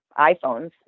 iPhones